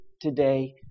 today